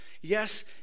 Yes